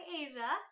asia